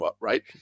right